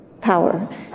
power